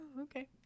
okay